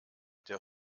der